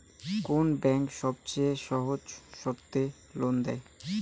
কোন ব্যাংক সবচেয়ে সহজ শর্তে লোন দেয়?